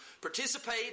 participate